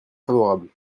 favorable